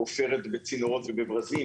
עופרת בצינורות ובברזים,